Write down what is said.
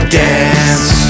dance